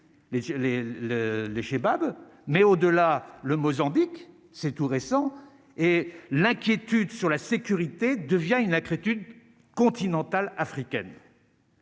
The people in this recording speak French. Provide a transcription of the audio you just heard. les shebab, mais au-delà, le Mozambique, c'est tout récent, et l'inquiétude sur la sécurité devient une âcre études continentale africaine.